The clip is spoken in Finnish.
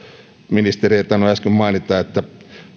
ministeri ei tainnut äsken mainita että